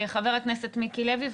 חבר הכנסת מיקי לוי.